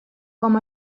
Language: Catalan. com